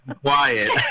Quiet